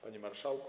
Panie Marszałku!